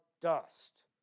dust